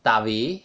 tummy